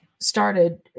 Started